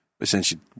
essentially